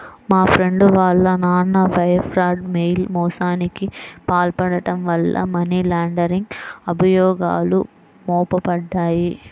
మా ఫ్రెండు వాళ్ళ నాన్న వైర్ ఫ్రాడ్, మెయిల్ మోసానికి పాల్పడటం వల్ల మనీ లాండరింగ్ అభియోగాలు మోపబడ్డాయి